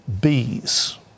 bees